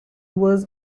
was